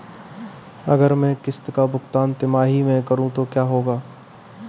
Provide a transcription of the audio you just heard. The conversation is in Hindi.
अगर मैं किश्त का भुगतान तिमाही में करूं तो क्या होगा?